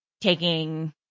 taking